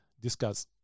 discuss